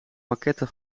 maquette